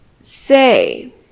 Say